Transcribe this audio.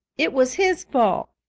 it was his fault.